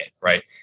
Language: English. Right